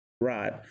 right